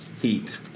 heat